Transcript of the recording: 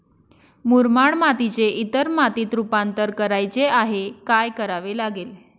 मुरमाड मातीचे इतर मातीत रुपांतर करायचे आहे, काय करावे लागेल?